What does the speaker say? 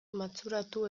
matxuratu